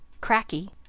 Cracky